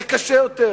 זה קשה יותר.